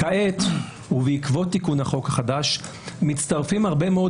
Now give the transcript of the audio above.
כעת ובעקבות תיקון החוק החדש מצטרפים הרבה מאוד